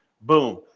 Boom